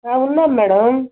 ఉన్నాం మేడం